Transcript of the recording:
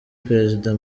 perezida